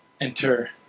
Enter